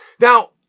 Now